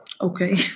Okay